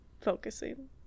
focusing